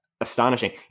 astonishing